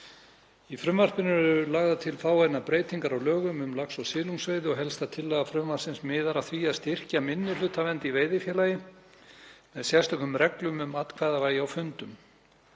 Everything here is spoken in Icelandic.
Í frumvarpinu eru lagðar til fáeinar breytingar á lögum um lax- og silungsveiði og helsta tillaga frumvarpsins miðar að því að styrkja minnihlutavernd í veiðifélagi með sérstökum reglum um atkvæðavægi á fundum.